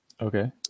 Okay